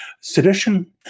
Sedition